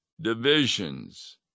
divisions